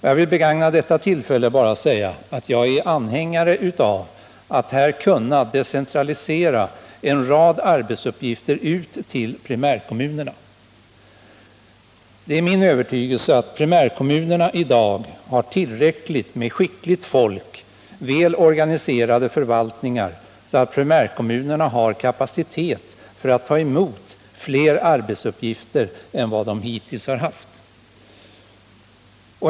Jag vill begagna detta tillfälle att säga att jag är anhängare av att kunna decentralisera en rad arbetsuppgifter till primärkommunerna. Det är min övertygelse att primärkommunerna i dag har tillräckligt med skickligt folk och väl organiserade förvaltningar, så att primärkommunerna har kapacitet för att ta emot fler arbetsuppgifter än vad de hittills har haft.